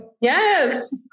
Yes